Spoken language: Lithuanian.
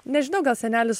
nežinau gal senelis